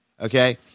Okay